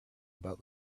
about